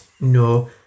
No